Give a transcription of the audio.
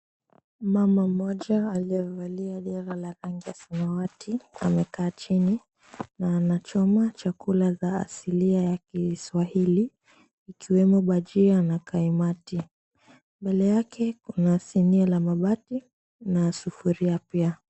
Mama mmoja aliyevalia dera la rangi ya samawati amekaa chini na anachoma chakula za asilia ya kiswahili ikiwemo bhajia na kaimati. Mbele yake kuna sinia la mabati na sufuria pia.